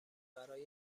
برای